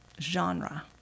genre